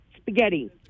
Spaghetti